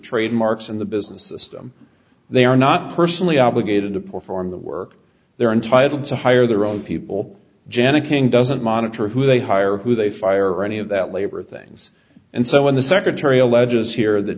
trademarks in the business a system they are not personally obligated to perform the work they're entitled to hire their own people janet king doesn't monitor who they hire who they fire or any of that labor things and so when the secretary alleges here th